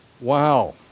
Wow